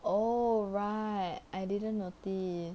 oh right I didn't naughty